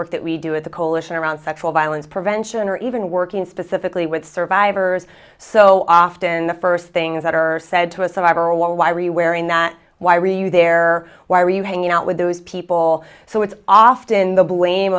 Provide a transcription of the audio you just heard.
work that we do with the coalition around sexual violence prevention or even working specifically with survivors so often the first things that are said to a survivor or why we wearing that why are you there why are you hanging out with those people so it's often the blame